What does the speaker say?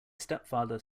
stepfather